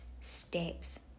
steps